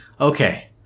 okay